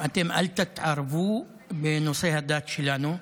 שלכם, ואתם אל תתערבו בנושאי הדת שלנו.